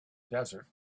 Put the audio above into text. desert